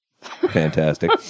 Fantastic